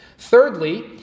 Thirdly